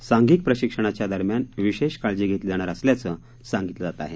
सांघीक प्रशिक्षणाच्या दरम्यान विशेष काळजी घेतली जाणार असल्याचं सांगितलं जात आहे